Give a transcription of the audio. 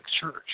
Church